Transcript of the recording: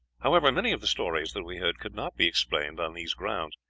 however, many of the stories that we heard could not be explained on these grounds,